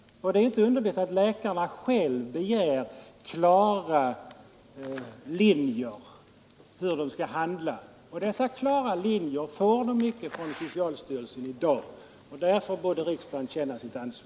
Det är inte underligt att läkarna själva här begär rena och klara linjer för sitt handlande. Dessa klara linjer får vi inte från socialstyrelsen i dag, och därför borde riksdagen ta initiativ.